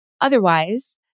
Otherwise